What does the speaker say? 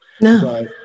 No